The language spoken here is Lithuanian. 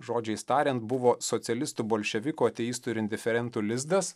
žodžiais tariant buvo socialistų bolševikų ateistų ir indiferentų lizdas